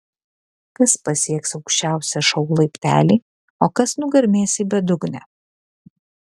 kas pasieks aukščiausią šou laiptelį o kas nugarmės į bedugnę